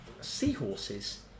Seahorses